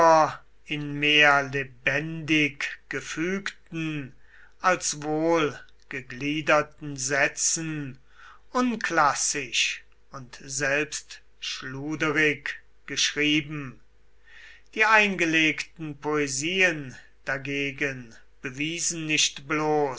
in mehr lebendig gefügten als wohl gegliederten sätzen unklassisch und selbst schluderig geschrieben die eingelegten poesien dagegen bewiesen nicht bloß